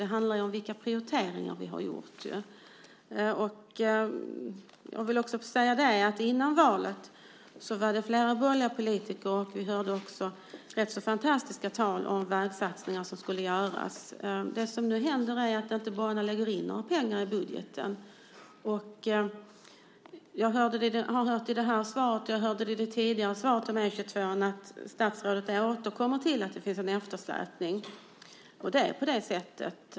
Det handlar om vilka prioriteringar vi har gjort. Jag vill också säga att innan valet var det flera borgerliga politiker som vi hörde tala om alla fantastiska vägsatsningar som skulle göras. Det som nu händer är att ni inte lägger några pengar i budgeten. Jag har hört i svaret och hörde i det tidigare svaret att statsrådet återkommer till att det finns en eftersläpning. Det är så.